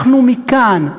אנחנו מכאן,